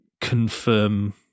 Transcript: confirm